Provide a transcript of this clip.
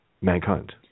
mankind